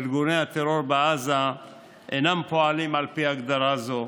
ארגוני הטרור בעזה אינם פועלים על פי הגדרה זו,